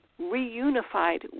reunified